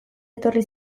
etorri